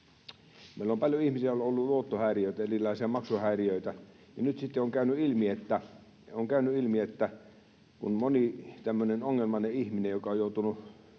meillä on paljon ihmisiä, joilla on ollut luottohäiriöitä ja erilaisia maksuhäiriöitä, ja nyt sitten on käynyt ilmi, että sitten kun tämmöinen ongelmainen ihminen, joka on joutunut